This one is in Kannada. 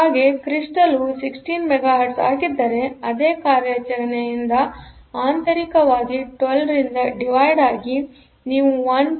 ಹಾಗೆ ಕ್ರಿಸ್ಟಲ್ವು 16 ಮೆಗಾಹೆರ್ಟ್ಜ್ ಆಗಿದ್ದರೆಅದೇ ಕಾರ್ಯಾಚರಣೆಯಿಂದ ಇದು ಆಂತರಿಕವಾಗಿ12 ರಿಂದ ಡಿವೈಡ್ ಆಗಿ ನೀವು 1